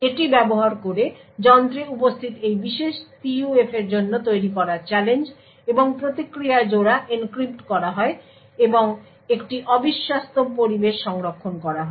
এটি ব্যবহার করে যন্ত্রে উপস্থিত এই বিশেষ PUF এর জন্য তৈরি করা চ্যালেঞ্জ এবং প্রতিক্রিয়া জোড়া এনক্রিপ্ট করা হয় এবং একটি অবিশ্বস্ত পরিবেশে সংরক্ষণ করা হয়